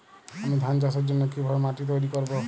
আমি ধান চাষের জন্য কি ভাবে মাটি তৈরী করব?